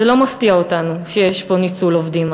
זה לא מפתיע אותנו שיש פה ניצול עובדים,